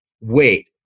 wait